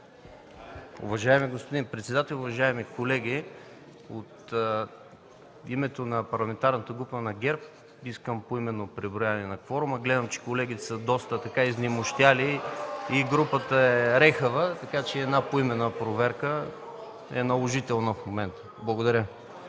Уважаеми господин председател, уважаеми колеги! От името на Парламентарната група на ГЕРБ искам поименно преброяване на кворума. Виждам, че колегите са доста изнемощели (реплики от КБ) и групата е рехава, така че една поименна проверка е наложителна в момента. Благодаря.